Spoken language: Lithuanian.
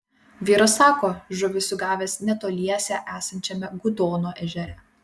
vyras sako žuvį sugavęs netoliese esančiame gudono ežere